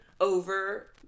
over